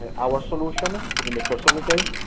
and our solution during the course of the day,